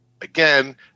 again